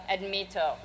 Admito